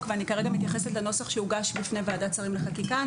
ואני כרגע מתייחסת לנוסח שהוגש בפני ועדת שרים לחקיקה.